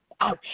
Ouch